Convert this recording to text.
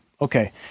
Okay